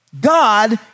God